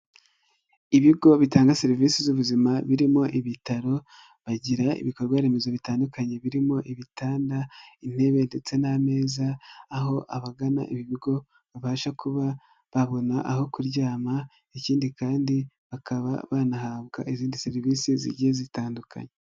Ibigo bitanga serivisi z'ubuzima birimo ibitaro, bagira ibikorwaremezo bitandukanye, birimo ibitanda, intebe ndetse n'ameza, aho abagana ibi ibigo babasha kuba babona aho kuryama, ikindi kandi bakaba banahabwa izindi serivise zigiye zitandukanye.